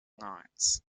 knights